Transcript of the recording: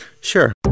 Sure